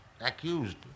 accused